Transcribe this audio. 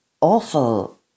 awful